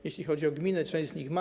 Jeśli chodzi o gminy, część z nich je ma.